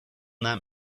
that